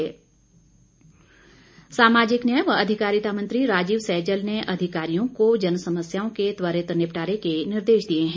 सहजल सामाजिक न्याय व अधिकारिता मंत्री राजीव सहजल ने अधिकारियों को जनसमस्याओं के त्वरित निपटारे के निर्देश दिए हैं